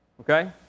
Okay